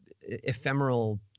ephemeral